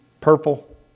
Purple